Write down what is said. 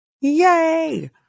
Yay